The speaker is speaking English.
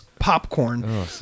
Popcorn